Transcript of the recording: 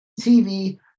TV